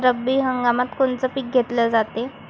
रब्बी हंगामात कोनचं पिक घेतलं जाते?